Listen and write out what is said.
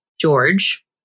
George